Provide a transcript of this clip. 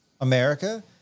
America